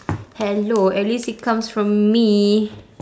hello at least it comes from me